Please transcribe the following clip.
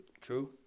True